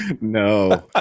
no